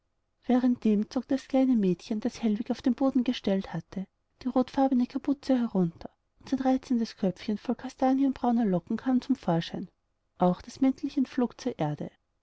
währenddem zog das kleine mädchen das hellwig auf den boden gestellt hatte die rofenfarbene kapuze herunter und ein reizendes köpfchen voll kastanienbrauner locken kam zum vorschein auch das mäntelchen flog zur erde